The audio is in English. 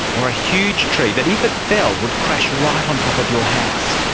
or a huge tree that if it fell would crash right on top of your house?